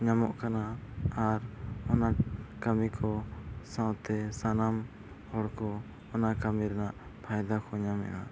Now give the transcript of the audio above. ᱧᱟᱢᱚᱜ ᱠᱟᱱᱟ ᱟᱨ ᱚᱱᱟ ᱠᱟᱹᱢᱤᱠᱚ ᱥᱟᱶᱛᱮ ᱥᱟᱱᱟᱢ ᱦᱚᱲᱠᱚ ᱚᱱᱟ ᱠᱟᱹᱢᱤ ᱨᱮᱱᱟᱜ ᱯᱷᱟᱭᱫᱟ ᱠᱚ ᱧᱟᱢᱮᱫᱼᱟ